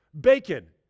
Bacon